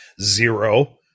zero